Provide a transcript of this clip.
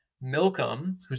Milcom